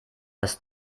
das